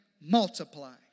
multiply